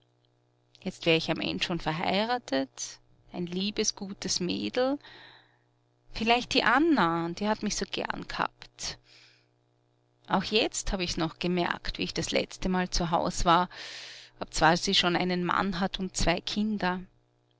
jetzt wär ich am end schon verheiratet ein liebes gutes mädel vielleicht die anna die hat mich so gern gehabt auch jetzt hab ich's noch gemerkt wie ich das letztemal zu haus war obzwar sie schon einen mann hat und zwei kinder